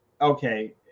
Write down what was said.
okay